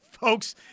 folks